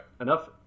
enough